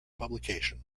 publication